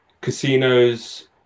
casinos